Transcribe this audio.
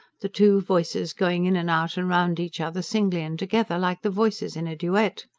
the two voices going in and out and round each other, singly and together, like the voices in a duet.